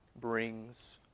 brings